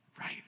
right